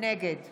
נגד